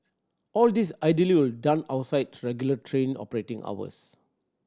all this ideally would done outside regular train operating hours